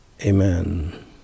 amen